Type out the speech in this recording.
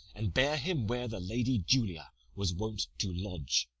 and bear him where the lady julia was wont to lodge